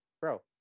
bro